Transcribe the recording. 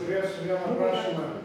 turėsiu vieną prašymą